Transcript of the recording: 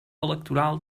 electoral